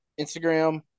Instagram